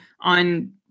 on